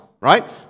Right